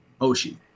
Oshi